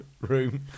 room